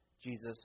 Jesus